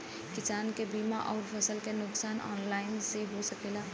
किसान के बीमा अउर फसल के नुकसान ऑनलाइन से हो सकेला?